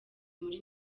muri